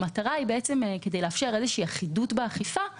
כדי לאפשר איזושהי אחידות באכיפה,